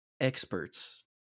experts